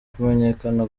kumenyekana